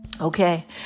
Okay